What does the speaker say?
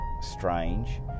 strange